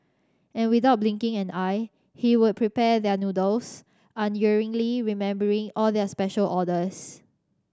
and without blinking an eye he would prepare their noodles unerringly remembering all their special orders